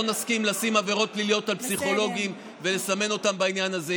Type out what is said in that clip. לא נסכים לשים עבירות פליליות על פסיכולוגים ולסמן אותם בעניין הזה.